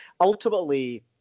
ultimately